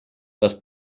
das